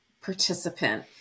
participant